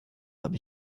habe